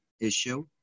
issue